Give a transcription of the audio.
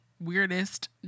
weirdest